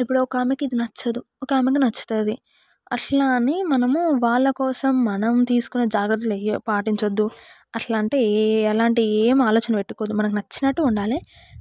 ఇప్పుడు ఒక ఆమెకి ఇది నచ్చదు ఒక ఆమెకి ఇది నచ్చుతుంది అట్లా అని మనము వాళ్ళ కోసం మనం తీసుకునే జాగ్రత్తలు ఏవి పాటించద్దు అట్లా అంటే ఏఏ ఎలాంటి ఏమీ ఆలోచన పెట్టుకోద్దు మనకు నచ్చినట్టు ఉండాలి